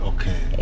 Okay